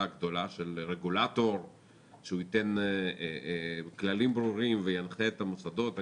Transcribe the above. הגדולה של רגולטור שייתן כללים ברורים וינחה את המוסדות.